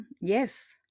yes